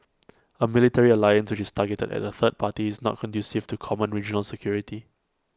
A military alliance which is targeted at A third party is not conducive to common regional security